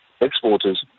exporters